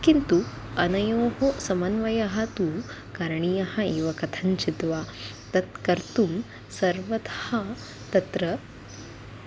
किन्तु अनयोः समन्वयः तु करणीयः एव कथञ्चित् वा तत् कर्तुं सर्वथा तत्र